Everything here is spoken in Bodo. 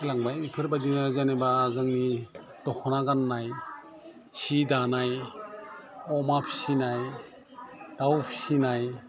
होलांबाय बेफोरबायदिनो जेनेबा जोंनि दख'ना गान्नाय सि दानाय अमा फिसिनाय दाउ फिसिनाय